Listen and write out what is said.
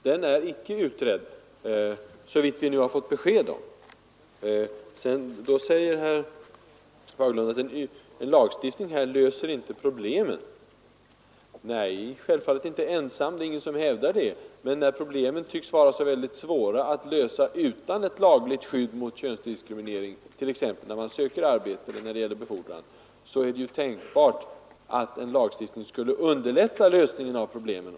Vidare sade herr Fagerlund att en lagstiftning på detta område inte löser problemen. Nej, självfallet inte ensam. Det är det heller ingen som hävdar. Men när problemen nu tycks vara så oerhört svåra att lösa utan ett lagligt skydd mot könsdiskriminering, t.ex. då man söker arbete eller då det är fråga om befordran, är det tänkbart att en lagstiftning skulle kunna underlätta lösningen av problemen.